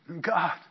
God